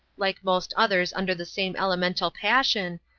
like most others under the same elemental passion,